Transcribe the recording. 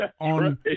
on